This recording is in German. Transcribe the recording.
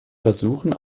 versuchen